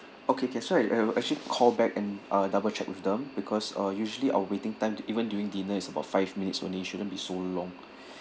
okay can so I~ I will actually call back and uh double check with them because usually uh our waiting time to even during dinner it's about five minutes only it shouldn't be so long